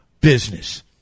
business